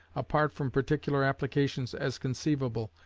apart from particular applications, as conceivable,